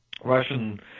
Russian